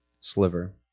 sliver